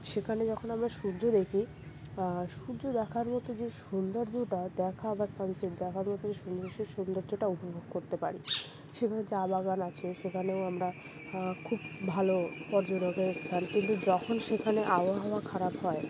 সেখানে যখন আমরা সূর্য দেখি সূর্য দেখার মতো যে সৌন্দর্যটা দেখা বা সানসেট দেখার মতো যে সৌন্দর্য সে সৌন্দর্যটা উপভোগ করতে পারি সেখানে চা বাগান আছে সেখানেও আমরা খুব ভালো পর্যটক স্থান কিন্তু যখন সেখানে আবহাওয়া খারাপ হয়